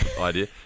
idea